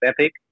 Epic